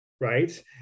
right